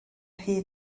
rhy